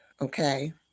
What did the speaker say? Okay